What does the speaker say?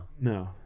No